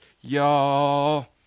Y'all